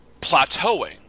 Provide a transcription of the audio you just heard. plateauing